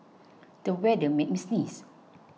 the weather made me sneeze